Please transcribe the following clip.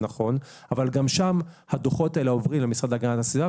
אבל גם שם הדוחות האלה עוברים למשרד להגנת הסביבה,